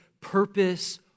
purpose